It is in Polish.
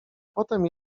potem